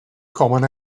common